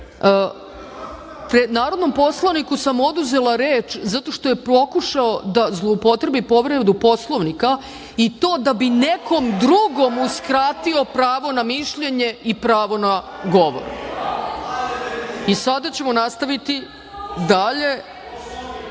uopšte? Narodnom poslaniku sam oduzela reč zato što je pokušao da zloupotrebi povredu Poslovnika i to da bi nekom drugom uskratio pravo na mišljenje i pravo na govor. Sada ćemo nastaviti dalje. Reč